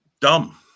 Dumb